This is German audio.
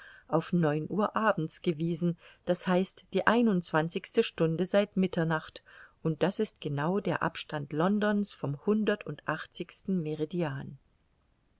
auf neun uhr abends gewiesen d h die einundzwanzigste stunde seit mitternacht und das ist genau der abstand londons vom hundertundachtzigsten